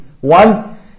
One